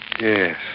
Yes